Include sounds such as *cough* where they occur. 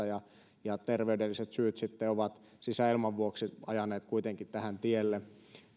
*unintelligible* ja ja terveydelliset syyt sitten ovat sisäilman vuoksi tulleet kuitenkin tähän tielle